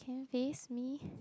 can you face me